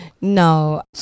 no